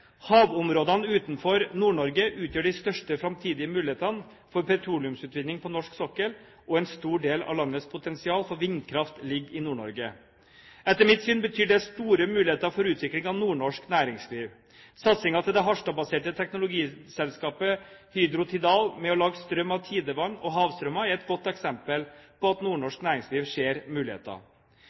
Havområdene utenfor Nord-Norge utgjør de største framtidige mulighetene for petroleumsutvinning på norsk sokkel, og en stor del av landets potensial for vindkraft ligger i Nord-Norge. Etter mitt syn betyr det store muligheter for utvikling av nordnorsk næringsliv. Satsingen til det Harstad-baserte teknologiselskapet Hydra Tidal med å lage strøm av tidevann og havstrømmer er et godt eksempel på at nordnorsk næringsliv ser muligheter.